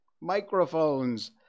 microphones